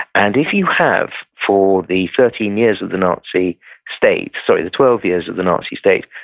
and if you have, for the thirteen years of the nazi state, sorry, the twelve years of the nazi state,